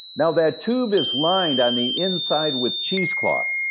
now that tube is lined on the inside with cheese cloth.